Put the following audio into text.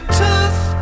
tough